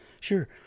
Sure